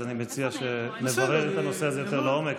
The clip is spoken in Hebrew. אז אני מציע שנברר את הנושא הזה יותר לעומק.